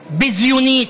ביזיונית,